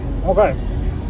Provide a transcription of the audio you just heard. Okay